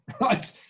right